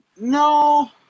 No